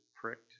pricked